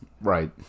Right